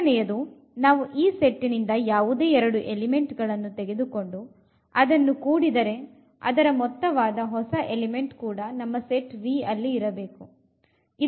ಮೊದಲನೆಯದು ನಾವು ಈ ಸೆಟ್ಟಿನಿಂದ ಯಾವುದೇ ಎರಡು ಎಲಿಮೆಂಟ್ ಗಳನ್ನು ತೆಗೆದುಕೊಂಡು ಅದನ್ನು ಕೂಡಿದರೆ ಅದರ ಮೊತ್ತವಾದ ಹೊಸ ಎಲಿಮೆಂಟ್ ಕೂಡ ನಮ್ಮ ಸೆಟ್ V ಅಲ್ಲಿ ಇರಬೇಕು